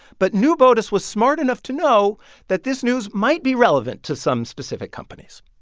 but new botus was smart enough to know that this news might be relevant to some specific companies.